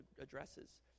addresses